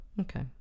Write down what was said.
Okay